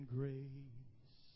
grace